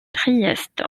trieste